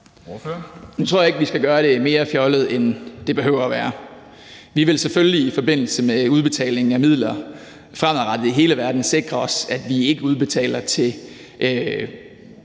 Nu tror jeg ikke, vi skal gøre det mere fjollet, end det behøver at være. Vi vil selvfølgelig i forbindelse med udbetalingen af midler fremadrettet i hele verden sikre os, at vi ikke udbetaler til